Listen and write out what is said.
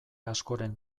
askoren